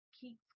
keeps